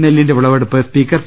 നെല്ലിന്റെ വിളവെടുപ്പ് speaker P